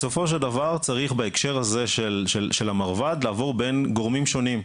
בסופו של דבר צריך בהקשר הזה של המרב"ד לעבור בין גורמים שונים,